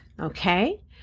okay